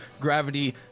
gravity